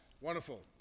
Wonderful